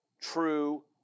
true